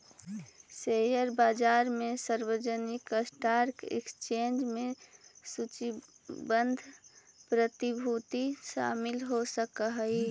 share बाजार में सार्वजनिक स्टॉक एक्सचेंज में सूचीबद्ध प्रतिभूति शामिल हो सकऽ हइ